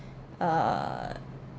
uh